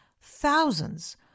thousands